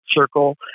circle